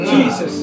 Jesus